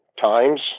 times